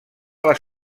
les